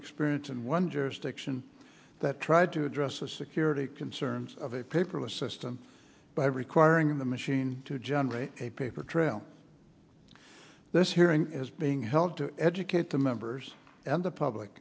experience in one jurisdiction that tried to address the security concerns of a paperless system by requiring the machine to generate a paper trail this hearing is being held to educate the members and the public